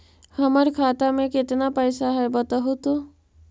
हमर खाता में केतना पैसा है बतहू तो?